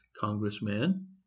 congressman